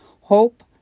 Hope